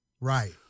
Right